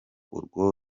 urwo